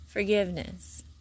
Forgiveness